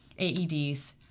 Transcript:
AEDs